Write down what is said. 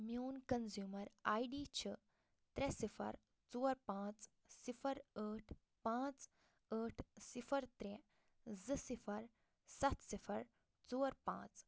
میٛون consumer I D چھُ ترٛےٚ صفر ژور پانٛژھ صفر ٲٹھ پانٛژھ ٲٹھ صفر ترٛےٚ زٕ صفر ستھ صفر ژور پانٛژھ